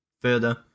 further